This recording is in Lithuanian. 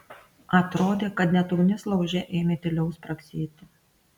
atrodė kad net ugnis lauže ėmė tyliau spragsėti